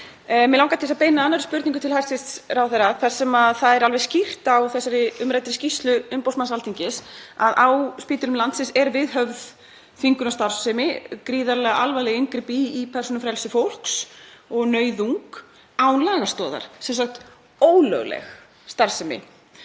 Mig langar til þess að beina annarri spurningu til hæstv. ráðherra þar sem það er alveg skýrt af þessari umræddri skýrslu umboðsmanns Alþingis að á spítölum landsins er viðhöfð þvingunarstarfsemi, gríðarlega alvarleg inngrip í persónufrelsi fólks og nauðung án lagastoðar, sem sagt ólögleg starfsemi.